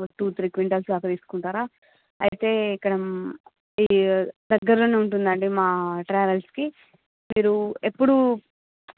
ఒక two three quintals దాకా తీసుకుంటారా అయితే ఇక్కడ ఈ దగ్గర్లోనే ఉంటుందండి మా ట్రావెల్స్ కి మీరు ఎప్పుడు